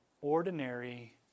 ordinary